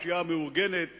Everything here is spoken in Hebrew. הפשיעה המאורגנת